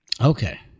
Okay